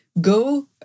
Go